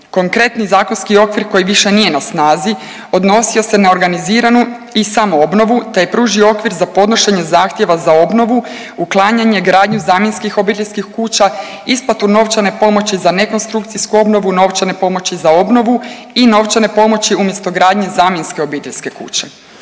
Konkretni zakonski okvir koji više nije na snazi odnosio se na organiziranu i samoobnovu te je pružio okvir za podnošenje zahtjeva za obnovu, uklanjanje gradnje zamjenskih obiteljskih kuća, isplatu novčane pomoći za nekonstrukcijsku obnovu, novčane pomoći za obnovu i novčane pomoći umjesto gradnje zamjenske obiteljske kuće.